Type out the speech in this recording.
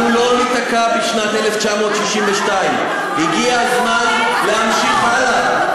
אנחנו לא ניתקע בשנת 1962. הגיע הזמן להמשיך הלאה.